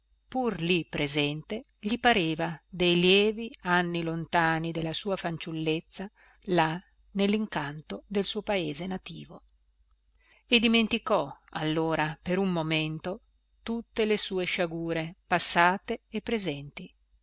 pur lì presente gli pareva dei lievi anni lontani della sua fanciullezza là nellincanto del suo paese nativo e dimenticò allora per un momento tutte le sue sciagure passate e presenti